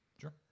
Sure